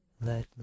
let